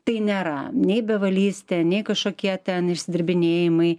tai nėra nei bevaldystė nei kažkokie ten išsidirbinėjimai